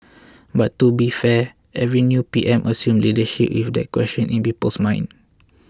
but to be fair every new P M assumes leadership with that question in people's minds